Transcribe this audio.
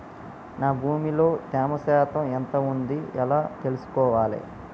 నా భూమి లో తేమ శాతం ఎంత ఉంది ఎలా తెలుసుకోవాలే?